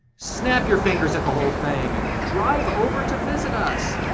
snap your fingers at the whole thing, and drive over to visit us.